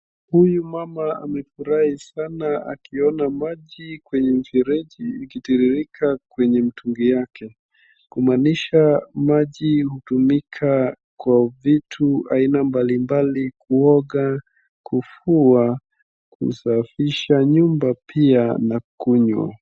Huyu mama amefurahi sana akiona maji kwenye mfereji ikitiririka kwenye mtungi yake. Kumaanisha maji utumika kwa vitu aina mbalimbali kuoga, kufua, kusafisha nyumba pia na kunywa.